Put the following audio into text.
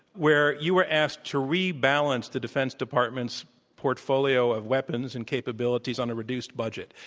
where you were asked to rebalance the defense department's portfolio of weapons and capabilities on a reduced budget.